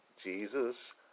Jesus